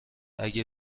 اگه